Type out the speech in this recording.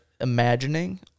imagining